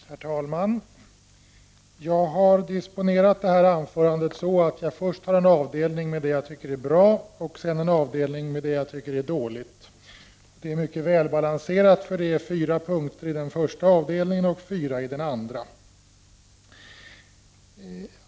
Herr talman! Jag har disponerat mitt anförande på ett sådant sätt att jag först kommer att ta upp en avdelning med det som jag tycker är bra och sedan en avdelning med det som jag tycker är dåligt. Detta anförande är mycket välbalanserat, det är nämligen fyra punkter i den första avdelningen och fyra punkter i den andra.